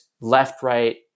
left-right